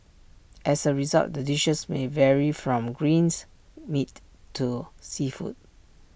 as A result the dishes may vary from greens meat to seafood